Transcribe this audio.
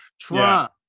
Trump